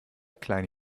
kleine